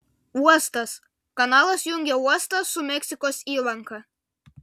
uostas kanalas jungia uostą su meksikos įlanka